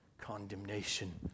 condemnation